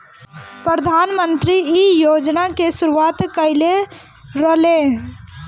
प्रधानमंत्री इ योजना के शुरुआत कईले रलें